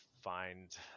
find